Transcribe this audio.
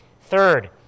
Third